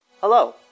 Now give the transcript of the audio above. Hello